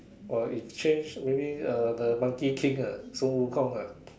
or if change maybe uh the monkey King lah sun wukong ah